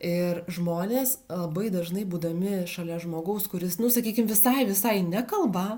ir žmonės labai dažnai būdami šalia žmogaus kuris nu sakykim visai visai nekalba